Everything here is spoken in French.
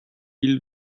île